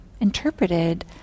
interpreted